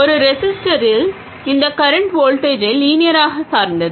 ஒரு ரெஸிஸ்டரில் இந்த கரண்ட் வோல்டேஜை லீனியராக சார்ந்தது